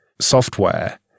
software